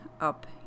up